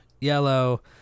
yellow